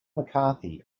mccarthy